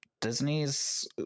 Disney's